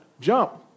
Jump